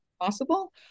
possible